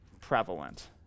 prevalent